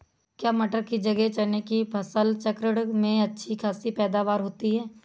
क्या मटर की जगह चने की फसल चक्रण में अच्छी खासी पैदावार होती है?